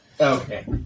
Okay